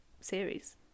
series